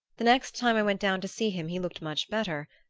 the next time i went down to see him he looked much better.